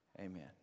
Amen